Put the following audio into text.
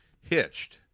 Hitched